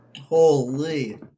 Holy